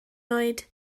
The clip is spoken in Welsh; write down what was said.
oed